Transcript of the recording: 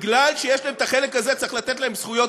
בגלל שיש להם החלק הזה צריך לתת להם זכויות